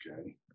Okay